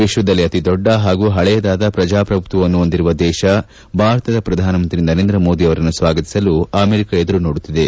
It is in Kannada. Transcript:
ವಿಶ್ವದಲ್ಲಿ ಅತಿ ದೊಡ್ಡ ಮತ್ತು ಪಳೆಯದಾದ ಪ್ರಜಾಪ್ರಭುತ್ವವನ್ನು ಹೊಂದಿರುವ ದೇಶ ಭಾರತದ ಪ್ರಧಾನಮಂತ್ರಿ ನರೇಂದ್ರ ಮೋದಿ ಅವರನ್ನು ಸ್ವಾಗತಿಸಲು ಅಮೆರಿಕ ಎದುರು ನೋಡುತ್ತಿದೆ